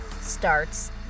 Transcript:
starts